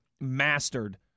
mastered